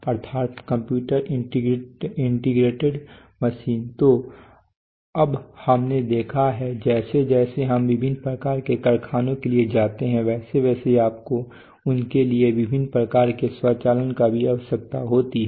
तो अब हमने देखा है कि जैसे जैसे हम विभिन्न प्रकार के कारखानों के लिए जाते हैं वैसे वैसे आपको उनके लिए विभिन्न प्रकार के स्वचालन की भी आवश्यकता होती है